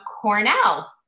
Cornell